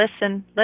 listen